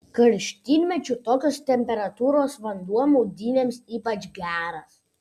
karštymečiu tokios temperatūros vanduo maudynėms ypač geras